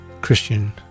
Christian